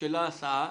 של ההסעה